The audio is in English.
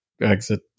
Exit